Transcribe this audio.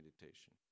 meditation